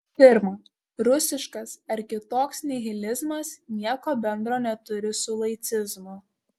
pirma rusiškas ar kitoks nihilizmas nieko bendro neturi su laicizmu